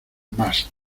más